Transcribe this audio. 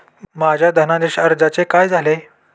माझ्या धनादेश अर्जाचे काय झाले?